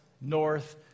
north